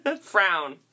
Frown